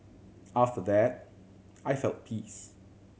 after that I felt peace